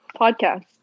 Podcast